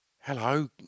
Hello